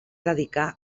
dedicà